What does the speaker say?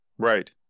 Right